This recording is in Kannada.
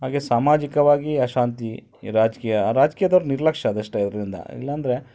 ಹಾಗೇ ಸಾಮಾಜಿಕವಾಗಿ ಅಶಾಂತಿ ಈ ರಾಜಕೀಯ ರಾಜ್ಕೀಯದವ್ರ ನಿರ್ಲಕ್ಷ್ಯ ಅದಷ್ಟೇ ಅವರಿಂದ ಇಲ್ಲಾಂದರೆ